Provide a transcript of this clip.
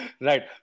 right